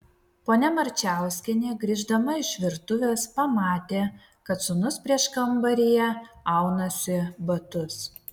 ponia marčiauskienė grįždama iš virtuvės pamatė kad sūnus prieškambaryje aunasi batus